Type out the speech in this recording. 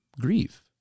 grieve